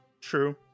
true